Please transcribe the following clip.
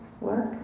work